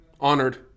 Honored